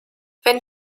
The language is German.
wenn